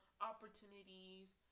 opportunities